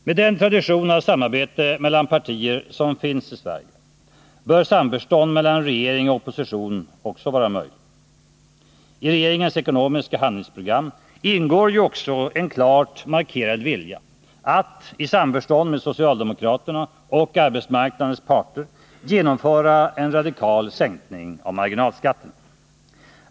Med den tradition av samarbete mellan partier som finns i Sverige bör ett samförstånd mellan regering och opposition också vara möjligt. I regeringens ekonomiska handlingsprogram ingår också en klart markerad vilja att i samförstånd med socialdemokraterna och arbetsmarknadens parter genomföra en radikal sänkning av marginalskatterna.